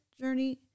journey